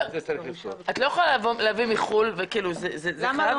את לא יכולה להביא מחוץ לארץ.